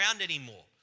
anymore